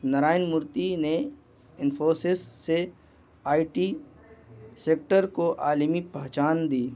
نارائن مورتی نے انفوسس سے IT sector کو عالمی پہچان دی